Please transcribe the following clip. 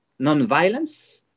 nonviolence